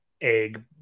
egg